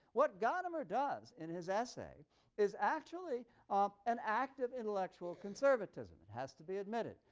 what gadamer does in his essay is actually um an act of intellectual conservatism, it has to be admitted.